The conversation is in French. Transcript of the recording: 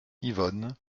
yvonne